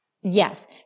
yes